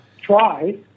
try